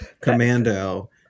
Commando